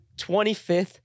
25th